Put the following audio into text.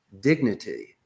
dignity